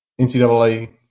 NCAA